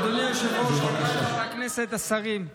אדוני היושב-ראש, חבריי חברי הכנסת, השרים,